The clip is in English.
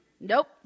Nope